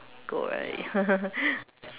go really